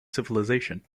civilization